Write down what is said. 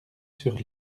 sur